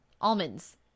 almonds